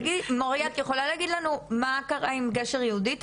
מוריה את יכולה להגיד לנו מה קרה עם גשר יהודית?